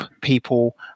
people